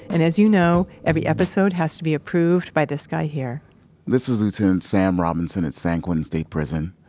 and, as you know, every episode has to be approved by this guy here this is lieutenant sam robinson at san quentin state prison,